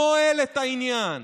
נועל את העניין.